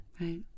Right